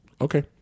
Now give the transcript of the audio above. Okay